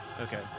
Okay